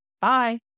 bye